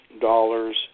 dollars